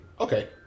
Okay